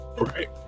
Right